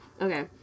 Okay